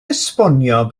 esbonio